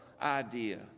Idea